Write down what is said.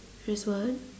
Rizwan